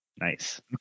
Nice